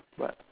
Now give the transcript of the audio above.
but